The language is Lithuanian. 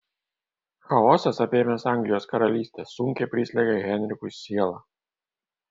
chaosas apėmęs anglijos karalystę sunkiai prislegia henrikui sielą